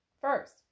first